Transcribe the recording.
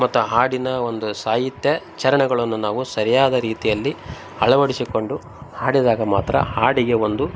ಮತ್ತು ಹಾಡಿನ ಒಂದು ಸಾಹಿತ್ಯ ಚರಣಗಳನ್ನು ನಾವು ಸರಿಯಾದ ರೀತಿಯಲ್ಲಿ ಅಳವಡಿಸಿಕೊಂಡು ಹಾಡಿದಾಗ ಮಾತ್ರ ಹಾಡಿಗೆ ಒಂದು